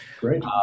Great